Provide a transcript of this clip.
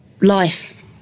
life